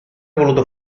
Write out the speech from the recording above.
voluto